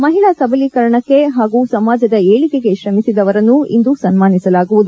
ಮಹಿಳಾ ಸಬಲೀಕರಣಕ್ಕೆ ಹಾಗೂ ಸಮಾಜದ ಏಳಿಗೆಗೆ ತ್ರಮಿಸಿದವರನ್ನು ಇಂದು ಸನ್ಮಾನಿಸಲಾಗುವುದು